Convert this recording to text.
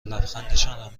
لبخندشان